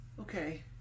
Okay